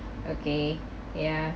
okay ya